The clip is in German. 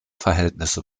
verhältnisse